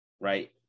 right